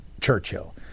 Churchill